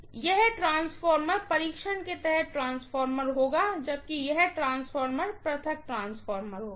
तो यह ट्रांसफार्मर परीक्षण के तहत ट्रांसफार्मर होगा जबकि यह ट्रांसफार्मर आइसोलेशन ट्रांसफार्मर होगा